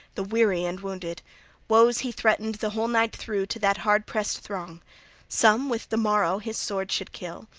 the weary and wounded woes he threatened the whole night through to that hard-pressed throng some with the morrow his sword should kill,